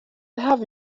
have